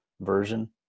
version